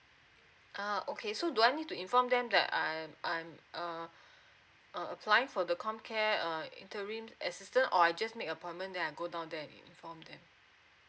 uh okay so do I need to inform them that I'm I'm uh uh apply for the com care uh interim assistance or I just make appointment then I go down there to inform them